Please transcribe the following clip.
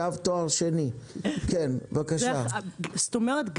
זאת אומרת,